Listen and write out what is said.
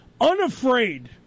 unafraid